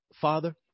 Father